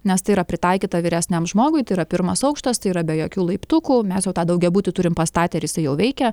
nes tai yra pritaikyta vyresniam žmogui tai yra pirmas aukštas tai yra be jokių laiptukų mes jau tą daugiabutį turim pastatę ir jisai jau veikia